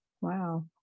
wow